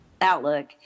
outlook